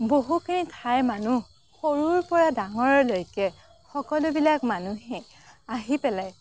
বহুখিনি ঠাইৰ মানুহ সৰুৰ পৰা ডাঙৰলৈকে সকলোবিলাক মানুহে আহি পেলাই